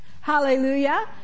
Hallelujah